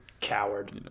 Coward